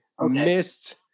missed